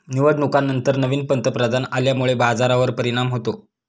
निवडणुकांनंतर नवीन पंतप्रधान आल्यामुळे बाजारावर परिणाम होतो